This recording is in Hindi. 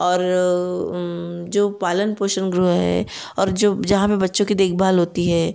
और जो पालन पोषण गृह हैं और जो जहाँ पर बच्चों की देखभाल होती है